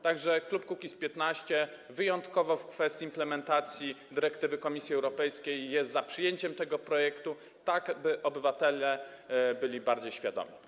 Tak że klub Kukiz’15 jest wyjątkowo w kwestii implementacji dyrektywy Komisji Europejskiej za przyjęciem tego projektu, tak by obywatele byli bardziej świadomi.